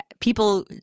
people